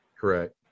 Correct